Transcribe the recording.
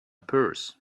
purse